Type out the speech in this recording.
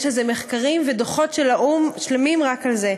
יש על זה מחקרים, ודוחות שלמים של האו"ם רק על זה.